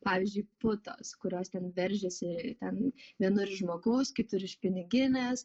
pavyzdžiui putos kurios ten veržiasi ten vienur iš žmogaus kitur iš piniginės